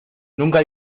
nunca